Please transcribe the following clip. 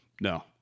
No